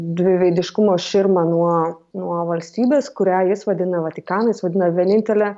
dviveidiškumo širmą nuo nuo valstybės kurią jis vadina vatikanas vadina vienintele